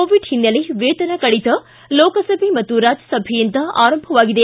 Covid ಓನ್ನೆಲೆ ವೇತನ ಕಡಿತ ಲೋಕಸಭೆ ಮತ್ತು ರಾಜ್ಯಸಭೆಯಿಂದ ಆರಂಭವಾಗಿದೆ